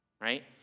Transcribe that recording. right